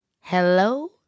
Hello